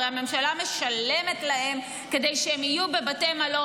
הרי הממשלה משלמת להם כדי שהם יהיו בבתי מלון.